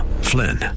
Flynn